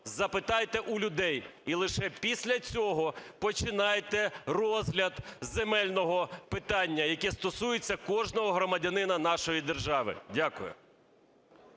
запитайте у людей, і лише після цього починайте розгляд земельного питання, яке стосується кожного громадянина нашої держави. Дякую.